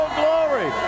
glory